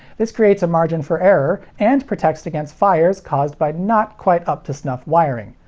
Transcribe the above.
this creates a margin for error and protects against fires caused by not-quite-up-to-snuff wiring,